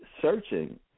searching